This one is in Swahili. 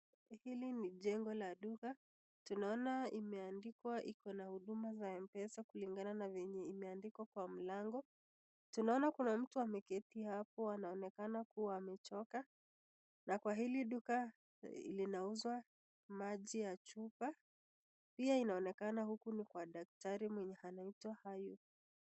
Hili ni jengo la duka tunaona imeandikwa iko na huduma za m-pesa kulingana na venye imeandikwa kwa mlango, tunaona kuna mtu ameketi hapo anaokenana kuwa amechoka, na kwa hili duka linauzwa maji ya chupa, pia inaokana huku ni kwa daktari mwenye anaitwa Ayub.